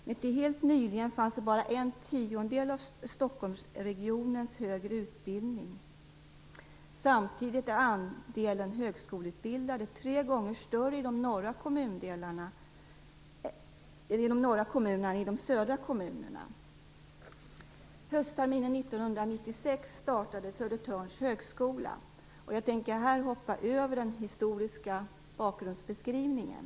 Tills helt nyligen fanns bara en tiondel av Stockholmsregionens högre utbildning där. Samtidigt är andelen högskoleutbildade tre gånger större i de norra kommunerna än i de södra kommunerna. Jag tänker här hoppa över den historiska bakgrundsbeskrivningen.